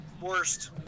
Worst